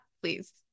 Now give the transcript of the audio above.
Please